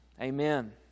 amen